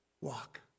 walk